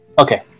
okay